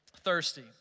thirsty